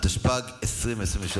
התשפ"ג 2023,